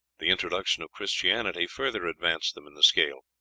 the introduction of christianity further advanced them in the scale.